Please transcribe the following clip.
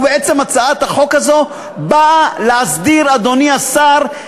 בעצם הצעת החוק הזאת באה להסדיר, אדוני השר,